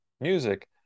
music